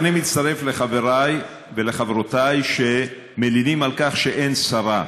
אני מצטרף לחבריי ולחברותיי שמלינים על כך שאין שרה.